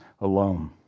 alone